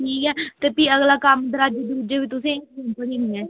ठीक ऐ ते भी अगला कम्म दरोआजे दरूजे बी तुसें ई सौंपने न में